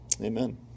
Amen